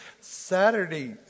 Saturday